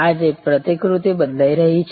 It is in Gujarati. આજે આ પ્રતિકૃતિ બદલાઈ રહી છે